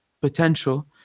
potential